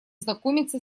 знакомиться